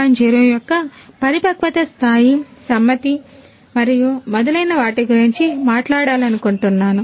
0 యొక్క పరిపక్వత స్థాయి సమ్మతి మరియు మొదలైన వాటి గురించి మాట్లాడాలనుకుంటున్నాను